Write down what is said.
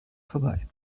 vorbei